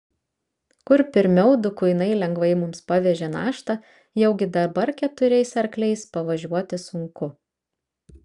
kur pirmiau du kuinai lengvai mums pavežė naštą jaugi dabar keturiais arkliais pavažiuoti sunku